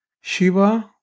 Shiva